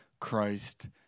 Christ